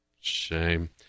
Shame